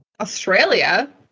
Australia